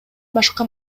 башка